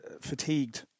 fatigued